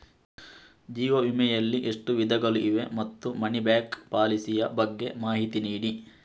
ಜೀವ ವಿಮೆ ಯಲ್ಲಿ ಎಷ್ಟು ವಿಧಗಳು ಇವೆ ಮತ್ತು ಮನಿ ಬ್ಯಾಕ್ ಪಾಲಿಸಿ ಯ ಬಗ್ಗೆ ಮಾಹಿತಿ ನೀಡಿ?